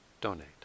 donate